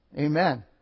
Amen